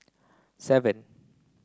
seven